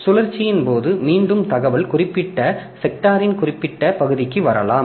எனவே சுழற்சியின் போது மீண்டும் தகவல் குறிப்பிட்ட செக்டாரின் குறிப்பிட்ட பகுதிக்கு வரலாம்